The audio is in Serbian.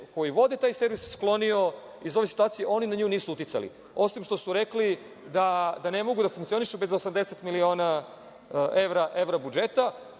koji vode taj servis sklonio iz ove situaciji, oni na nju nisu uticali osim što su rekli da ne mogu da funkcionišu bez 80 miliona evra budžeta,